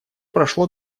прошло